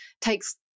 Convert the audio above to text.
takes